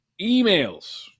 Emails